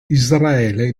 israele